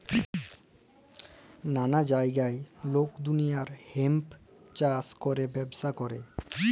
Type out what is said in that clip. ম্যালা জাগায় লক দুলিয়ার হেম্প চাষ ক্যরে ব্যবচ্ছা ক্যরে